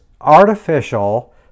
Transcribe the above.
artificial